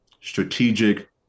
strategic